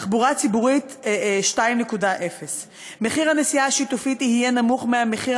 תחבורה ציבורית 2.0. מחיר הנסיעה השיתופית יהיה נמוך מהמחיר